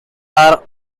are